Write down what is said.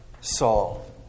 Saul